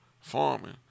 farming